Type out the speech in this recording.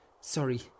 Sorry